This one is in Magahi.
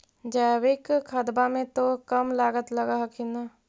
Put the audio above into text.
जैकिक खदबा मे तो कम लागत लग हखिन न?